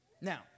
Now